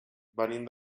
venim